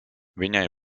viņai